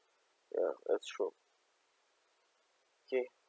ya that's true okay